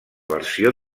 versió